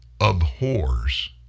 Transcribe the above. abhors